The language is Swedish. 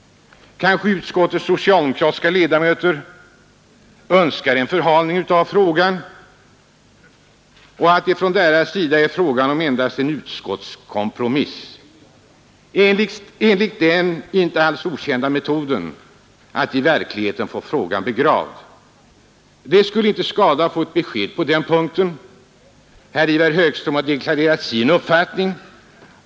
Kanske utskottets socialdemokratiska ledamöter önskar en förhalning av frågan, kanske det från deras sida är fråga om en utskottskompromiss för att enligt den inte alls okända metoden i verkligheten få frågan begravd. Det skulle inte skada att få ett besked på den punkten. Herr Ivar Högström har deklarerat sin uppfattning.